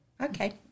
Okay